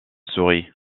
souris